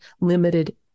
limited